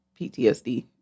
PTSD